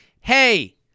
Hey